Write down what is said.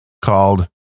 called